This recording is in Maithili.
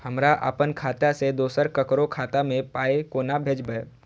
हमरा आपन खाता से दोसर ककरो खाता मे पाय कोना भेजबै?